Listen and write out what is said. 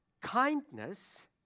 Kindness